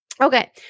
Okay